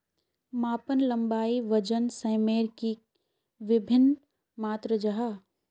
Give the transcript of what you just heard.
मापन लंबाई वजन सयमेर की वि भिन्न मात्र जाहा?